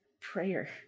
Prayer